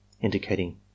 indicating